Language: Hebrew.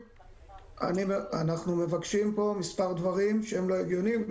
אנחנו מבקשים פה מספר דברים שהם לא הגיוניים,